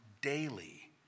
daily